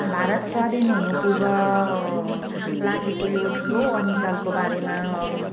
भारत स्वाधीन हुनुपूर्व लागेको यो ठुलो अनिकालको बारेमा